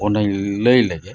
ᱚᱱᱟᱧ ᱞᱟᱹᱭ ᱞᱮᱜᱮ